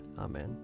Amen